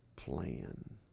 plan